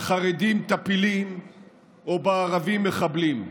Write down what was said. בחרדים טפילים או בערבים מחבלים,